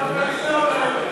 התוצאה: